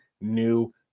new